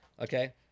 okay